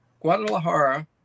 Guadalajara